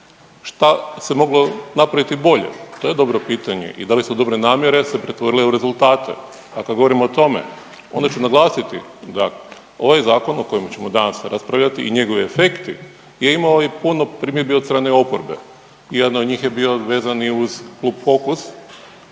Šta se moglo napraviti bolje? To je dobro pitanje. I da li su se dobre namjere se pretvorile u rezultate? Ako govorimo o tome onda ću naglasiti da ovaj zakon o kojem ćemo danas raspravljati i njegovi efekti je imao i puno primjedbi od strane oporbe i jedan od njih je bio vezan i uz klub Fokus